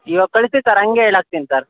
ಇವಾಗ ಕಳಿಸಿ ಸರ್ ಹಂಗೇಳಾಕ್ತೀನಿ ಸರ್